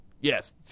Yes